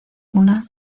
una